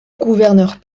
gouverneur